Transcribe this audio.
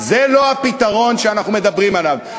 זה לא הפתרון שאנחנו מדברים עליו,